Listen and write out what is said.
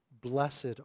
blessed